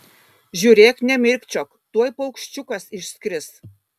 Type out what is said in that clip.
žiūrėk nemirkčiok tuoj paukščiukas išskris